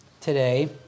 today